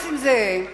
נסים זאב,